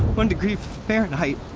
one degree fahrenheit.